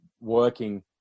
working